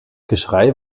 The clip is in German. geschrei